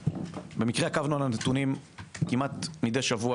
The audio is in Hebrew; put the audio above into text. במקרה עקבנו על הנתונים כמעט מדי שבוע